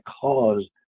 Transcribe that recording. cause